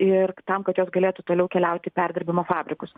ir tam kad jos galėtų toliau keliauti į perdirbimo fabrikus